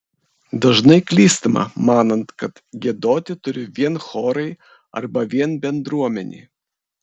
dažnai klystama manant kad giedoti turi vien chorai arba vien bendruomenė